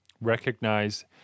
recognize